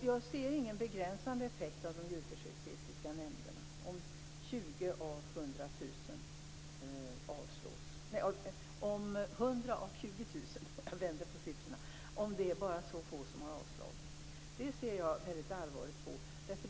Jag ser ingen begränsande effekt av de djurförsöksetiska nämnderna, om det är så få som 100 försök av 20 000 som avslås. Det ser jag mycket allvarligt på.